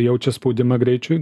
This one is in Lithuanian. jaučia spaudimą greičiui